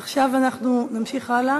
ועכשיו נמשיך הלאה.